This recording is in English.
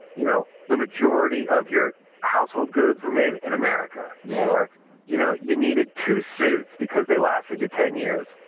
you know, the majority of your household goods were made in america yeah or you know you needed two suits because they lasted you ten years.